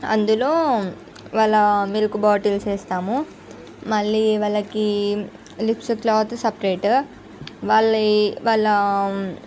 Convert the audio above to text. అందులో వాళ్ళ milk bottles వేస్తాము మళ్ళీ వాళ్లకి లిప్స్ క్లాత్ సపరేటు వాలి వాళ్ళ